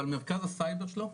אבל מרכז הסייבר שלו,